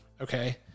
okay